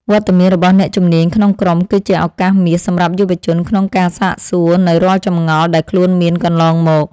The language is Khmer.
វត្តមានរបស់អ្នកជំនាញក្នុងក្រុមគឺជាឱកាសមាសសម្រាប់យុវជនក្នុងការសាកសួរនូវរាល់ចម្ងល់ដែលខ្លួនមានកន្លងមក។